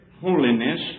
holiness